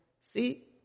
See